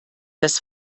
das